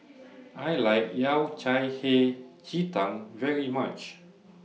I like Yao Cai Hei Ji Tang very much